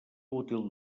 útil